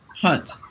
hunt